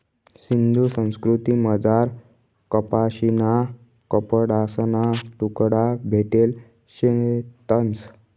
सिंधू संस्कृतीमझार कपाशीना कपडासना तुकडा भेटेल शेतंस